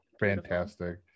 fantastic